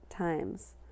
times